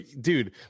Dude